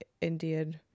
Indian